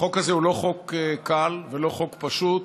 החוק הזה הוא לא חוק קל ולא חוק פשוט,